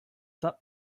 that